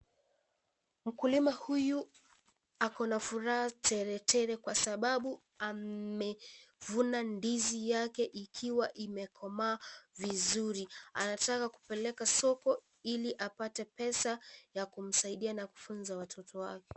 Mkulima huyu, ako na furaha tele tele kwa sababu ame, vuna ndizi yake ikiwa imekomaa vizuri, anataka kupeleka soko, ili apate pesa, ya kumsaidia na kufunza watoto wake.